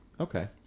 Okay